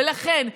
ולכן,